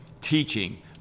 teaching